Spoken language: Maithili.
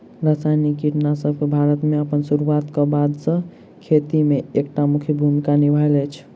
रासायनिक कीटनासकसब भारत मे अप्पन सुरुआत क बाद सँ खेती मे एक टा मुख्य भूमिका निभायल अछि